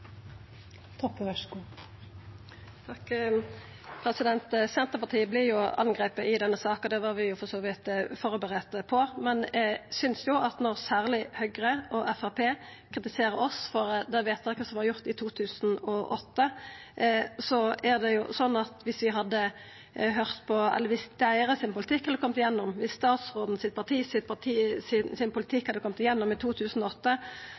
Senterpartiet vert jo angripe i denne saka. Det var vi for så vidt førebudde på, men når særleg Høgre og Framstegspartiet kritiserer oss for det vedtaket som vart gjort i 2008, er det slik at viss politikken til statsråden sitt parti hadde gått igjennom i 2008, hadde ikkje Hydro trunge å gå omvegen om offentleg eigar. Da kunne selskapet ha oppnådd over 100 pst. av kraftkonsesjonane i